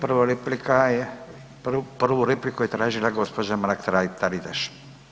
Prva replika je, prvu repliku je tražila gospođa Mrak Taritaš.